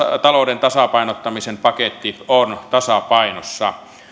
talouden tasapainottamisen paketti on tasapainossa